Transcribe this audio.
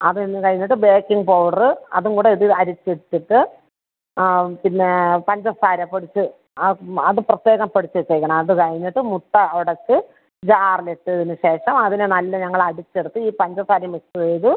അതും കഴിഞ്ഞിട്ട് baking powder അതുംകൂടെ ഇതിൽ അരിച്ചിട്ടിട്ട് പിന്നെ പഞ്ചസാര പൊടിച്ച് അത് പ്രത്യേകം പൊടിച്ചിട്ടേക്കണം അത് കഴിഞ്ഞിട്ട് മുട്ട ഉടച്ച് ജാറിൽ ഇട്ടതിന് ശേഷം അതിനെ നല്ല ഞങ്ങൾ അടിച്ചെടുത്ത് ഈ പഞ്ചസാരയും മിക്സ് ചെയ്ത്